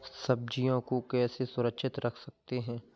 सब्जियों को कैसे सुरक्षित रख सकते हैं?